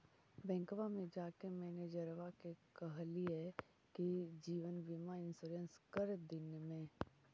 बैंकवा मे जाके मैनेजरवा के कहलिऐ कि जिवनबिमा इंश्योरेंस कर दिन ने?